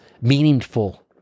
meaningful